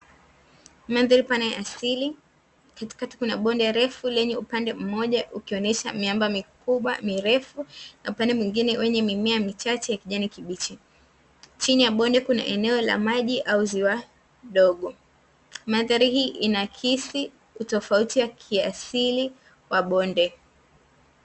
Mandhari pana ya asili, katikati kuna bonde refu lenye upande mmoja ukionesha miamba mikubwa mirefu na upande mwingine wenye mimea michache ya kijani kibichi. Chini ya bonde kuna eneo la maji au ziwa dogo. Mandhari hii inaakisi utofauti wa kiasili wa bonde.